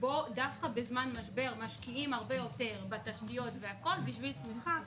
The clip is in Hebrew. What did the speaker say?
שדווקא בזמן משבר משקיעים הרבה יותר בתשתיות וכולי בשביל צמיחה.